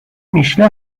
میشله